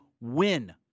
win